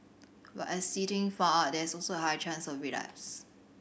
but as See Ting found out there is also a high chance of relapse